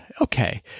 okay